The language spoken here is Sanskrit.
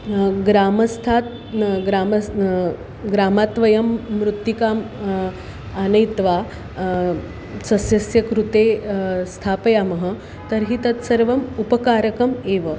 ग्रामस्थात् ग्रामस्य ग्रामात् वयं मृत्तिकाम् आनयित्वा सस्यस्य कृते स्थापयामः तर्हि तत्सर्वम् उपकारकम् एव